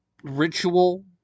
Ritual